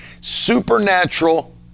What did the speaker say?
Supernatural